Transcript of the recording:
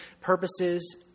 purposes